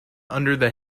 under